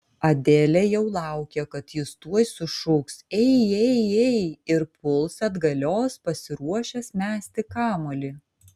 adelė jau laukė kad jis tuoj sušuks ei ei ei ir puls atgalios pasiruošęs mesti kamuolį